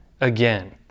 again